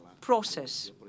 process